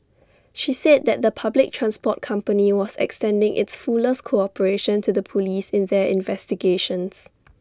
she said that the public transport company was extending its fullest cooperation to the Police in their investigations